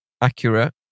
accurate